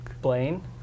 Blaine